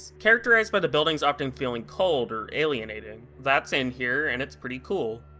characterized by the buildings often feeling cold or alienating. that's in here, and it's pretty cool.